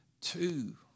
two